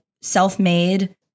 self-made